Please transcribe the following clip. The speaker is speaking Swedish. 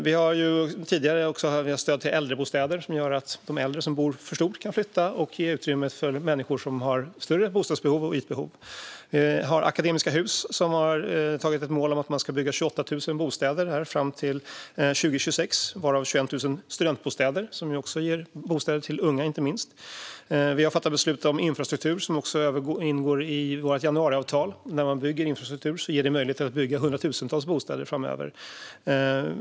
Vi har tidigare också gett stöd till äldrebostäder, som gör att de äldre som bor i för stora bostäder kan flytta och ge utrymme för människor som har behov av större bostäder. Akademiska Hus har antagit ett mål att bygga 28 000 bostäder fram till 2026, varav 21 000 studentbostäder som ger bostäder inte minst till unga. Vi har fattat beslut om infrastruktur och som också ingår i vårt januariavtal. När man bygger infrastruktur ger det möjligheter att bygga hundratusentals bostäder framöver.